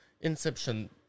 Inception